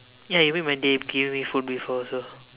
ya you made my day be giving me food before also